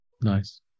Nice